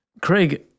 Craig